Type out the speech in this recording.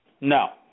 No